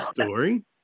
story